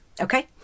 okay